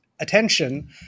Attention